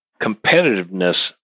competitiveness